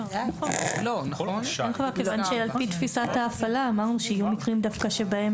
על פי תפיסת ההפעלה אמרנו שיהיו מקרים שבהם